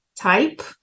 type